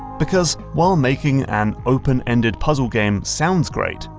because while making an open ended puzzle game sounds great,